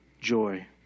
joy